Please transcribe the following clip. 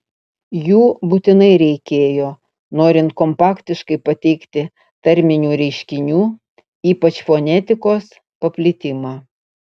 jų būtinai reikėjo norint kompaktiškai pateikti tarminių reiškinių ypač fonetikos paplitimą